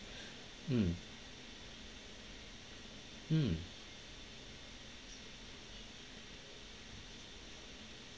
mm mm